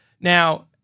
Now